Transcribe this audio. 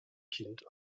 kind